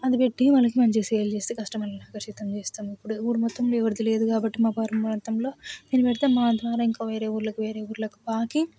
అది పెట్టి వాళ్ళకి మంచిగా సేల్ చేసి కస్టమర్లని ఆకర్షితం చేస్తాం ఇప్పుడు ఊరు మొత్తం ఎవరిదీ లేదు కాబట్టి మా ప్రాంతం మొత్తంలో నేను పెడితే నా ద్వారా ఇంకా వేరే ఊళ్ళకు వేరే ఊళ్ళకు పాకి